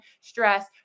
stress